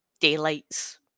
daylights